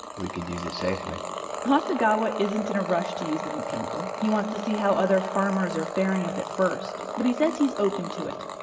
we could use it safely hasagawa isn't in a rush to use the new chemical. he wants to see how other farmers are faring with it first, but he says he's open to it.